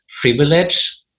privilege